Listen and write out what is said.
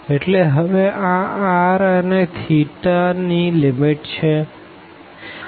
એટલે હવે આ r and θ ની લીમીટ છે